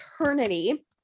eternity